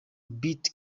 beat